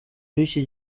b’iki